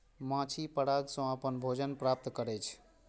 माछी पराग सं अपन भोजन प्राप्त करै छै